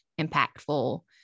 impactful